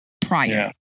prior